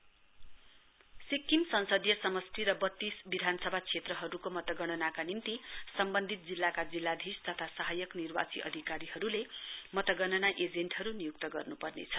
counting agent Sikkim संसदीय समष्टि र वत्तीस विधानसभा क्षेत्रहरूको मतगणनारा निम्कि सम्वन्धित जिल्लाका जिल्लाधीश तथा सहायक निर्वाची अधिकारीहरूले मतगणना एजेन्टहरू नियुक्त गर्नुपर्नेछ